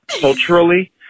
culturally